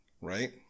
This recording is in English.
right